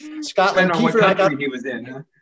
Scotland